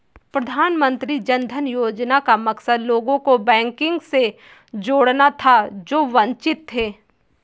प्रधानमंत्री जन धन योजना का मकसद लोगों को बैंकिंग से जोड़ना था जो वंचित थे